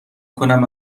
کنم